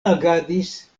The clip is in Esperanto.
agadis